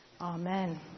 Amen